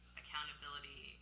accountability